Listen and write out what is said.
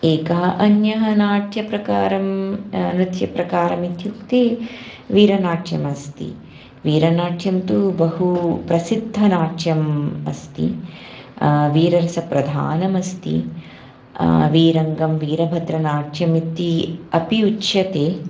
एकः अन्यः नाट्यप्रकारं नृत्यप्रकारम् इत्युक्ते वीरनाट्यमस्ति वीरनाट्यं तु बहु प्रसिद्धनाट्यम् अस्ति वीररसप्रधानमस्ति वीरङ्गं वीरभद्रनाट्यम् इति अपि उच्यते